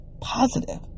positive